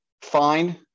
fine